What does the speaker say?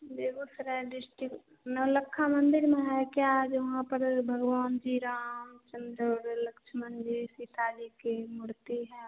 Begusarai district Navlakha मंदिर है क्या आज वहाँ पर भगवान जी राम शंकर और लक्ष्मण जी सीता जी की मूर्ति है